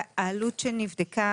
העלות שנבדקה,